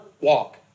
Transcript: walk